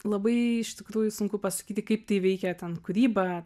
labai iš tikrųjų sunku pasakyti kaip tai veikia ten kūrybą